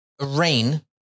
Rain